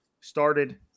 started